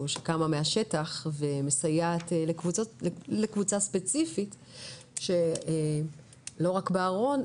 שקמה מהשטח ומסייעת לקבוצה ספציפית שלא רק בארון,